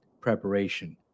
preparation